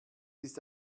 ist